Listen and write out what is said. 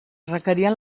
requerien